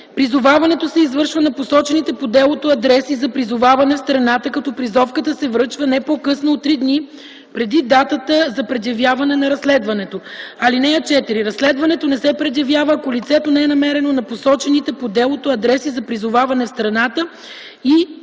Призоваването се извършва на посочените по делото адреси за призоваване в страната, като призовката се връчва не по-късно от 3 дни преди датата за предявяване на разследването. (4) Разследването не се предявява, ако лицето не е намерено на посочените по делото адреси за призоваване в страната или